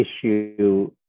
issue